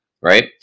right